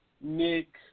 Nick